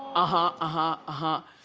ah uh-huh, uh-huh.